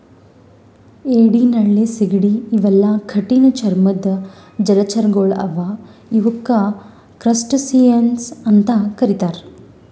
ಏಡಿ ನಳ್ಳಿ ಸೀಗಡಿ ಇವೆಲ್ಲಾ ಕಠಿಣ್ ಚರ್ಮದ್ದ್ ಜಲಚರಗೊಳ್ ಅವಾ ಇವಕ್ಕ್ ಕ್ರಸ್ಟಸಿಯನ್ಸ್ ಅಂತಾ ಕರಿತಾರ್